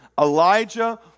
Elijah